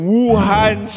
Wuhan